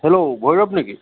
hello Bhairav নেকি